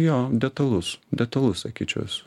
jo detalus detalus sakyčiau esu